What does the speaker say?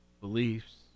beliefs